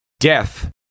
Death